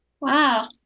Wow